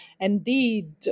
Indeed